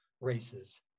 races